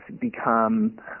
become